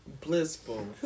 blissful